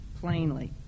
plainly